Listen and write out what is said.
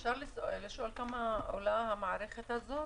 אפשר לשאול כמה עולה המערכת הזאת